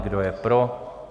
Kdo je pro?